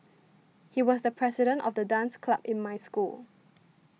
he was the president of the dance club in my school